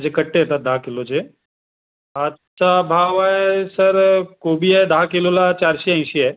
म्हणजे कट्टे येतात दहा किलोचे आजचा भाव आहे सर कोबी आहे दहा किलोला चारशे ऐंशी आहे